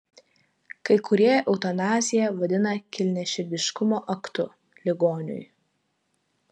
kai kurie eutanaziją vadina kilniaširdiškumo aktu ligoniui